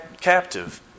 Captive